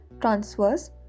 transverse